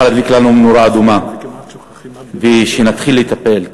להדליק לנו מנורה אדומה שנתחיל לטפל,